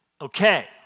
Okay